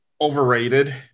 overrated